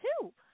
two